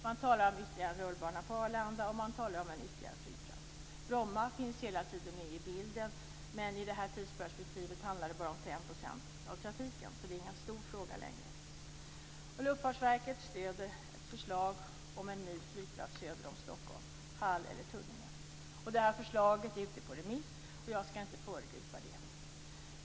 Man talar om ytterligare en rullbana på Arlanda och om en ytterligare flygplats. Bromma finns hela tiden med i bilden, men i det aktuella tidsperspektivet handlar det bara om 5 % av trafiken, så det är inte längre någon stor fråga. Luftfartsverket stöder ett förslag om en ny flygplats söder om Stockholm, Hall eller Tullinge. Detta förslag är ute på remiss, och jag skall inte föregripa det.